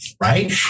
right